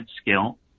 skill